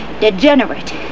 degenerate